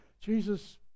Jesus